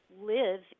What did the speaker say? live